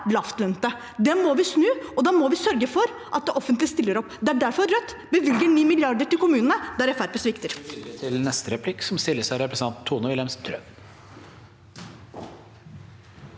Det må vi snu, og da må vi sørge for at det offentlige stiller opp. Det er derfor Rødt bevilger 9 mrd. kr til kommunene, der